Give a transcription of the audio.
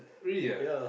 really ah